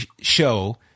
show –